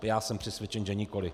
Já jsem přesvědčen že nikoliv.